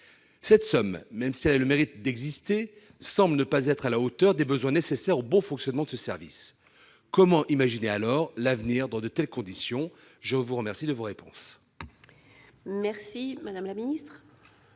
Cette somme, même si elle a le mérite d'exister, semble ne pas être à la hauteur des besoins nécessaires au bon fonctionnement de ce service. Comment imaginer l'avenir dans de telles conditions ? La parole est à Mme